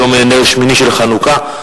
היום נר שמיני של חנוכה,